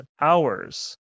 hours